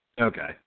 Okay